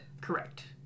Correct